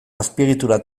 azpiegitura